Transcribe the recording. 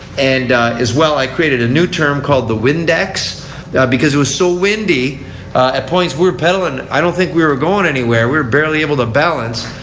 and as well, i created a new term called the windex because it was so windy at points we were pedaling i don't think that we were going anywhere. we were barely able to balance.